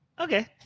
Okay